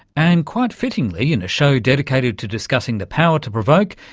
and, quite fittingly, in a show dedicated to discussing the power to provoke,